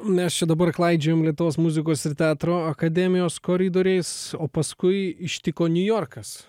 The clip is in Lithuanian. mes čia dabar klaidžiojam lietuvos muzikos ir teatro akademijos koridoriais o paskui ištiko niujorkas